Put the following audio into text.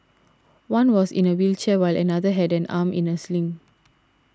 one was in a wheelchair while another had an arm in a sling